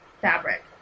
fabric